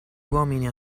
uomini